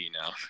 now